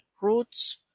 roots